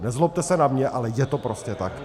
Nezlobte se na mě, ale je to prostě tak!